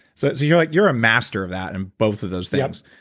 so so you're like you're a master of that and both of those things,